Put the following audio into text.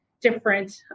different